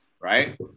right